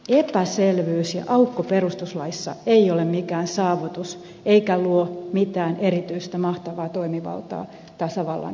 epäselvyys ja aukko perustuslaissa ei ole mikään saavutus eikä luo mitään erityistä mahtavaa toimivaltaa tasavallan presidentille